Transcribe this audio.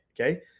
okay